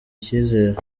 icyizere